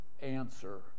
answer